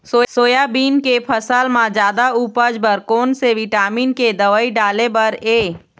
Soybean के फसल म जादा उपज बर कोन से विटामिन के दवई डाले बर ये?